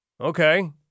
Okay